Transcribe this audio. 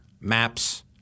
maps